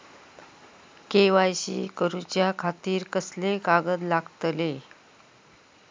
KYC करूच्या खातिर कसले कागद लागतले?